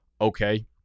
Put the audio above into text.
okay